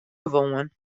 gewoan